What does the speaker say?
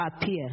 appear